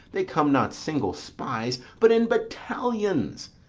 they come not single spies, but in battalions!